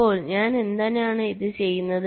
അപ്പോൾ ഞാൻ എന്തിനാണ് ഇത് ചെയ്യുന്നത്